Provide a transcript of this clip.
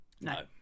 No